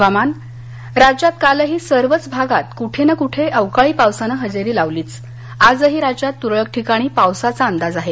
हवामान राज्यात कालही सर्वच भागात कुठेना कुठे अवकाळी पावसानं हजेरी लावलीच आजही राज्यात तुरळक ठिकाणी पावसाचा अंदाज आहे